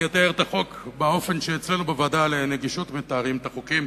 אני אתאר את החוק באופן שאצלנו בוועדה לנגישות מתארים את החוקים,